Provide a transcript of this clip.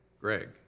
Greg